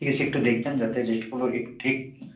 ঠিক আছে একটু দেখবেন যাতে রেটগুলো